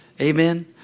Amen